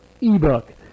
eBook